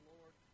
Lord